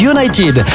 United